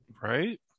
Right